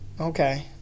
Okay